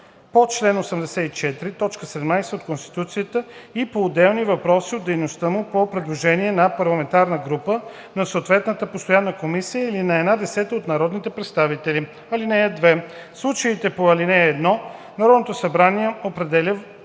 по чл. 84, т. 17 от Конституцията и по отделни въпроси от дейността му по предложение на парламентарна група, на съответната постоянна комисия или на една десета от народните представители. (2) В случаите по ал. 1 Народното събрание определя въпросите,